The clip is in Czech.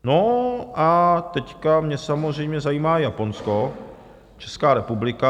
No a teď mě samozřejmě zajímá Japonsko, Česká republika.